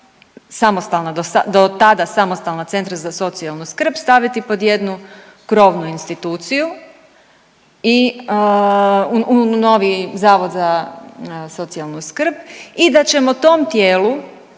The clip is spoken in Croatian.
samostalna, do tada samostalna centra za socijalnu skrb staviti pod jednu krovnu instituciju u novi Zavod za socijalnu skrb i da ćemo tom tijelu,